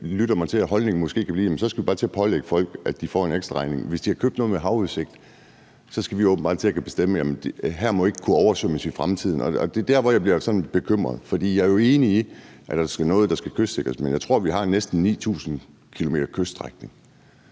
lytter mig til, at holdningen måske kan blive, at vi så i virkeligheden bare skal til at pålægge folk, at de får en ekstraregning. Hvis de har købt noget med havudsigt, skal vi åbenbart til at kunne bestemme, at her må der ikke kunne komme oversvømmelser i fremtiden. Det er dér, jeg bliver sådan bekymret. For jeg er jo enig i, at der er noget, der skal kystsikres, men jeg tror, vi har næsten 9.000 km kyststrækning,